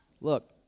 look